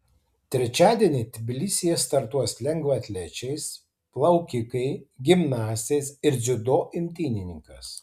trečiadienį tbilisyje startuos lengvaatlečiais plaukikai gimnastės ir dziudo imtynininkas